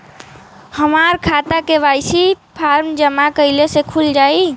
हमार खाता KYC form जमा कइले से खुल जाई?